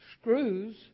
screws